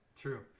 True